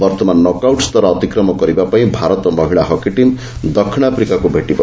ବର୍ତ୍ତମାନ knock out ସ୍ତର ଅତିକ୍ରମ କରିବାପାଇଁ ଭାରତୀୟ ମହିଳା ହକି ଟିମ୍ ଦକ୍ଷିଣ ଆଫ୍ରିକାକୁ ଭେଟିବ